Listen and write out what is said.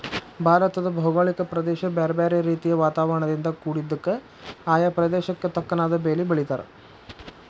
ಭಾರತದ ಭೌಗೋಳಿಕ ಪ್ರದೇಶ ಬ್ಯಾರ್ಬ್ಯಾರೇ ರೇತಿಯ ವಾತಾವರಣದಿಂದ ಕುಡಿದ್ದಕ, ಆಯಾ ಪ್ರದೇಶಕ್ಕ ತಕ್ಕನಾದ ಬೇಲಿ ಬೆಳೇತಾರ